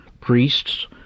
priests